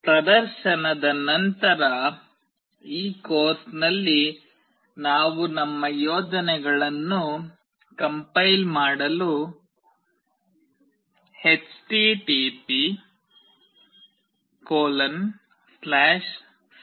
ಪ್ರದರ್ಶನದ ನಂತರ ಈ ಕೋರ್ಸ್ನಲ್ಲಿ ನಾವು ನಮ್ಮ ಯೋಜನೆಗಳನ್ನು ಕಂಪೈಲ್ ಮಾಡಲು httpdeveloper